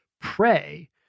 pray